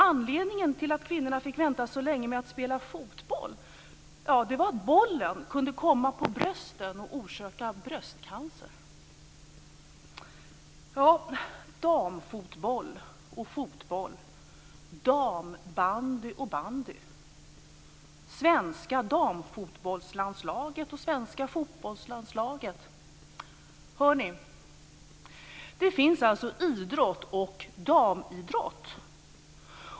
Anledning till att kvinnorna fick vänta så länge med att spela fotboll var att bollen kunde komma på brösten och orsaka bröstcancer. Svenska damfotbollslandslaget, och svenska fotbollslandslaget. Hör ni hur det låter? Det finns alltså idrott och damidrott.